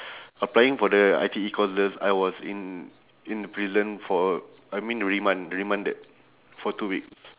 applying for the I_T_E courses I was in in the prison for I mean remand~ remanded for two weeks